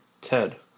Ted